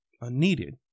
unneeded